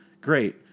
Great